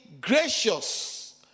gracious